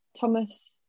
Thomas